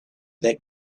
that